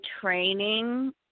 training